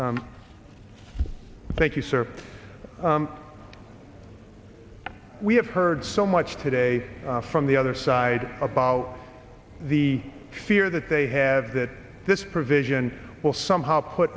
thank you sir we have heard so much today from the other side about the fear that they have that this provision will somehow put